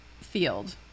field